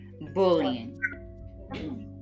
bullying